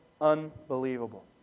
unbelievable